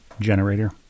Generator